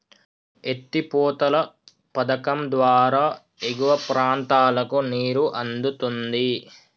ఎత్తి పోతల పధకం ద్వారా ఎగువ ప్రాంతాలకు నీరు అందుతుంది